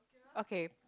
okay